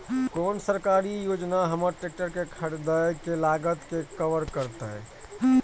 कोन सरकारी योजना हमर ट्रेकटर के खरीदय के लागत के कवर करतय?